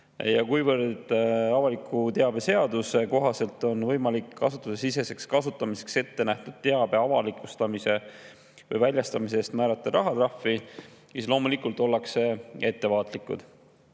Kuivõrd avaliku teabe seaduse kohaselt on võimalik asutusesiseseks kasutamiseks ettenähtud teabe avalikustamise või väljastamise eest määrata rahatrahv, siis loomulikult ollakse ettevaatlikud.